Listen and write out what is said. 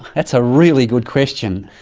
that's a really good question.